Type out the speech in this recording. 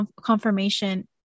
confirmation